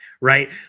right